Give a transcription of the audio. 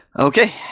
Okay